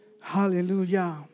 Hallelujah